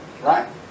Right